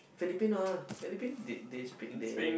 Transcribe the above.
Philippines ah Philippines they they speak they